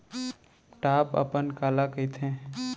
Top अपन काला कहिथे?